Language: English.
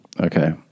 Okay